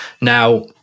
Now